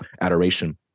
adoration